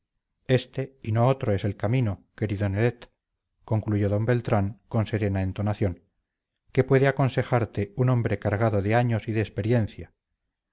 este y no otro es el camino querido nelet concluyó d beltrán con serena entonación que puede aconsejarte un hombre cargado de años y de experiencia